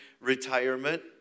retirement